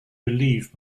relieved